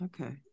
Okay